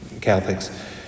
Catholics